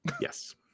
yes